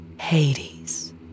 Hades